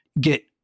get